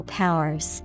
powers